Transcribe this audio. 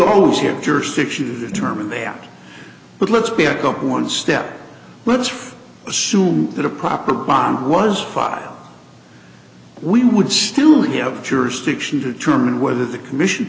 always have jurisdiction to determine that but let's back up one step let's assume that a proper bond was filed we would still have jurisdiction to determine whether the commission